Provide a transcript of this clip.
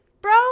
bro